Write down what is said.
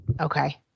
okay